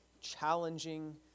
challenging